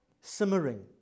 simmering